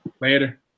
Later